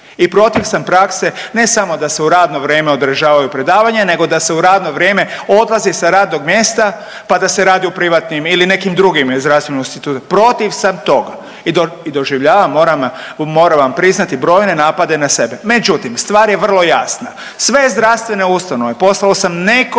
i protiv sam prakse ne samo da se u radno vrijeme održavaju predavanja nego da se u radno vrijeme odlazi sa radnog mjesta, pa da se radi u privatni ili nekim drugim zdravstvenim institucijama, protiv sam toga i do i doživljavam, moram, moram vam priznati brojne napade na sebe. Međutim stvar je vrlo jasna, sve zdravstvene ustanove, poslao sam nekoliko